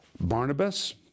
Barnabas